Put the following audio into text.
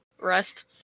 rest